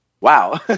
wow